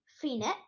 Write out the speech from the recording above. phoenix